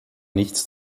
nichts